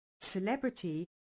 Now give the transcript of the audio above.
celebrity